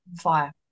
fire